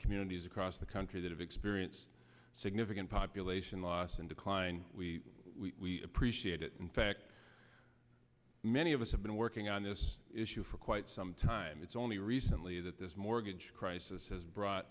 communities across the country that experience significant population loss and decline we appreciate it in fact many of us have been working on this issue for quite some time it's only recently that this mortgage crisis has brought